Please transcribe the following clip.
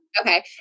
Okay